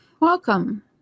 Welcome